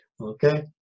Okay